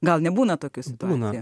gal nebūna tokių situacijų